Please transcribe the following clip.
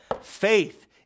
faith